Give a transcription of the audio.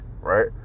Right